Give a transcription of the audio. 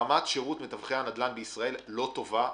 רמת שירות מתווכי הנדל"ן בישראל לא טובה היום.